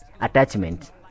attachment